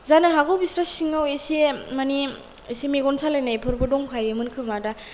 जानो हागौ बिस्रा सिङाव एसे माने एसे मेगन सालायनायफोरबो दंखायोमोन खोमा दा